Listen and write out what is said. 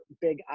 big